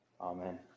Amen